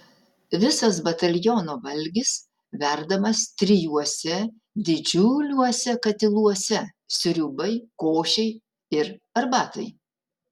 visas bataliono valgis verdamas trijuose didžiuliuose katiluose sriubai košei ir arbatai